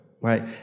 right